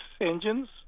engines